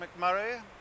McMurray